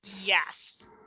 yes